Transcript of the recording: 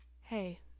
hey